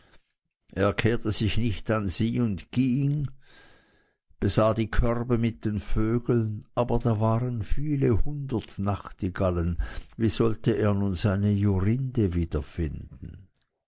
er kehrte sich nicht an sie und ging besah die körbe mit den vögeln da waren aber viele hundert nachtigallen wie sollte er nun seine jorinde wiederfinden